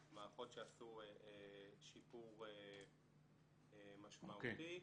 מערכות שעשו שיפור משמעותי.